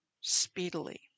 speedily